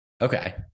Okay